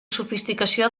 sofisticació